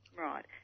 Right